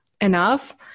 enough